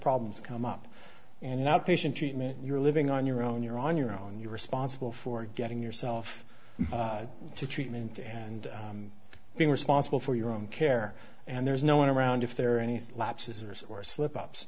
problems come up and outpatient treatment you're living on your own you're on your own you're responsible for getting yourself to treatment and being responsible for your own care and there's no one around if there are any lapses or sore slip ups